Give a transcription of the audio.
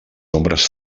ombres